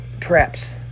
traps